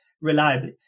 reliably